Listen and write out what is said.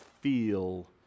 feel